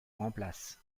remplace